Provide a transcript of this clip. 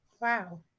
Wow